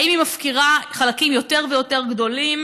או האם היא מפקירה חלקים יותר ויותר גדולים